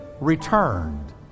returned